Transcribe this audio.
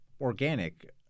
organic